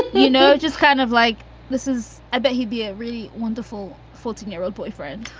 you know, just kind of like this is i bet he'd be a really wonderful fourteen year old boyfriend.